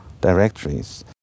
directories